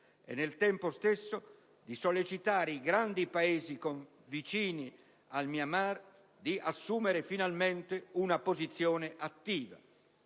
e, nel tempo stesso, di sollecitare i grandi Paesi vicini al Myanmar ad assumere finalmente una posizione attiva.